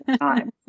time